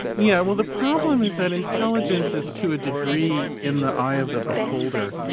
yeah well the problem is that intelligence is to a degree in the eye of the beholder.